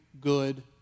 good